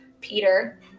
Peter